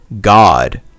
God